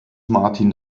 martin